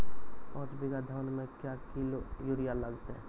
पाँच बीघा धान मे क्या किलो यूरिया लागते?